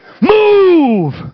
Move